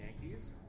Yankees